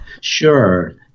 sure